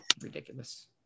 Ridiculous